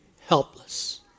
helpless